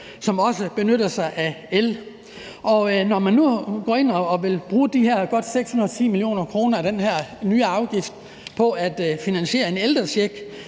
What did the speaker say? som også benytter sig af el, og når man nu går ind og vil bruge de her godt 610 mio. kr. af den her miljøafgift på at finansiere en ældrecheck,